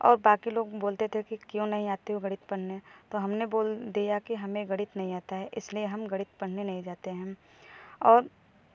और बाकी लोग बोलते थे कि क्यों नहीं आते हो गणित पढ़ने तो हमने बोल दिया कि हमें गणित नहीं आता है इसलिए हम गणित पढ़ने नहीं जाते हैं और